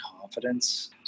confidence